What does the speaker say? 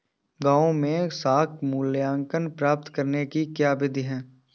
गाँवों में साख मूल्यांकन प्राप्त करने की क्या विधि है?